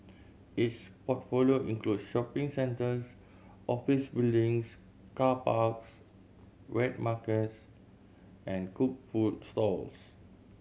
its portfolio include shopping centres office buildings car parks wet markets and cooked food stalls